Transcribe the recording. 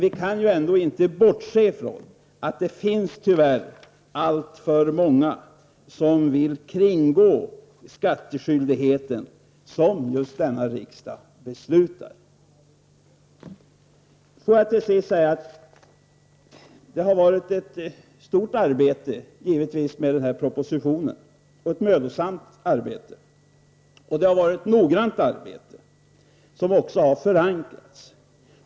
Vi kan ändå inte bortse från att det, tyvärr, finns alltför många som vill kringgå de bestämmelser om skattskyldigheten som riksdagen beslutar om. Det har givetvis varit mycket arbete med den här propositionen — ett både mödosamt och noggrant arbete, som också är förankrat.